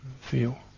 feel